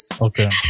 okay